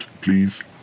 please